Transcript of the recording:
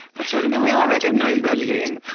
that's right and we all recognize that scene.